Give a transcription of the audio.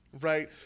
right